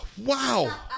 Wow